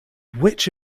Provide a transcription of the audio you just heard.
which